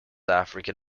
african